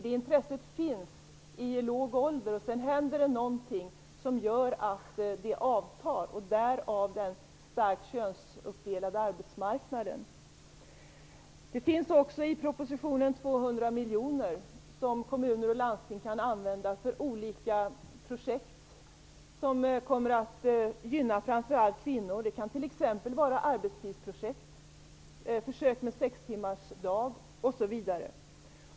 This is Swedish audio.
Det intresset finns i låg ålder. Sedan händer det någonting som gör att det avtar. Därav den starkt könsuppdelade arbetsmarknaden. Det finns också i propositionen 200 miljoner som kommuner och landsting kan använda för olika projekt som kommer att gynna framför allt kvinnor. Det kan t.ex. vara arbetstidsprojekt, försök med sextimmarsdag osv.